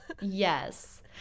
Yes